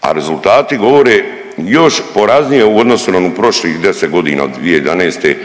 A rezultati govore još poraznije u odnosu na onih prošlih deset godina od 2011.